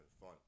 fun